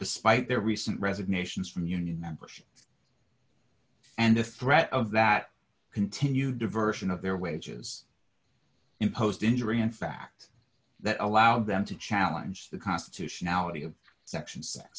despite their recent resignations from union membership and the threat of that continued diversion of their wages imposed injury in fact that allowed them to challenge the constitutionality of section six what